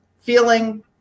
feeling